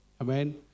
Amen